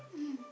mm